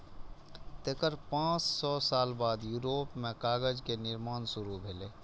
तेकर पांच सय साल बाद यूरोप मे कागज के निर्माण शुरू भेलै